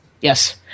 yes